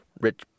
rich